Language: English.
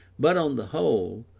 but, on the whole,